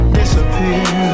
disappear